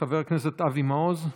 חבר הכנסת אבי מעוז,